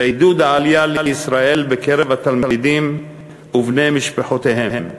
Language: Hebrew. ועידוד העלייה לישראל בקרב התלמידים ובני משפחותיהם.